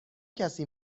کسی